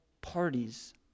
parties